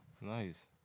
Nice